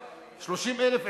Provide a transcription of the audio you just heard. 30,000,